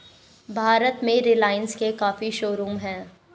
भारत में रिलाइन्स के काफी शोरूम हैं